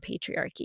Patriarchy